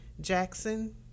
Jackson